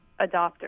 adopter